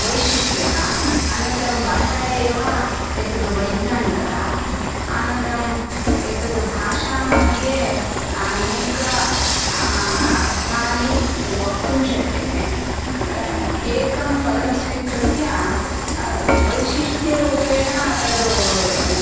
वैशिष्ट्यः अनन्तरं भाषा एव एतत् वैज्ञानिकः अनन्तरम् एतत् भाषामध्ये अनेकानि अर्थानि वक्तुं शक्यते एकं पदं स्वीकृत्य वैशिष्ट्यरूपेण तत्